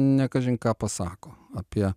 ne kažin ką pasako apie